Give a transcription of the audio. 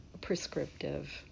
prescriptive